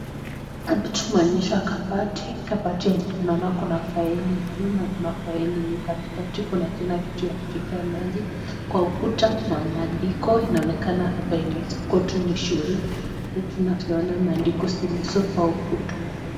Hapa tumeonyesha kabati. Kabati yenye tunaona kuna faili juu na kuna faili iliyo katikati. Kuna tena kitu ya kuchotea maji. Kwa ukuta kuna maandiko inaonekana hapa inaweza kuwa tu ni shule. Hivyo tunavyoona maandiko zilizo kwa ukuta.